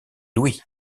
louis